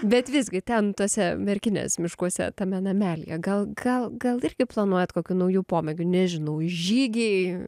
bet visgi ten tuose merkinės miškuose tame namelyje gal gal gal irgi planuojat kokių naujų pomėgių nežinau žygiai